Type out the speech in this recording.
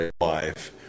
life